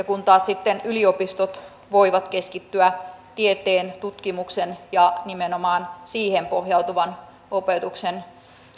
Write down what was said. kun taas sitten yliopistot voivat keskittyä tieteeseen ja tutkimukseen ja nimenomaan siihen pohjautuvan opetuksen